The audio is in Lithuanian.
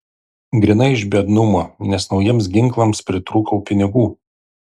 grynai iš biednumo nes naujiems ginklams pritrūkau pinigų